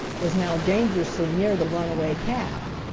was now dangerously near the runaway calf.